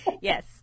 Yes